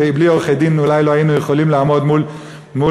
ובלי עורכי-דין אולי לא היינו יכולים לעמוד מול השלטון.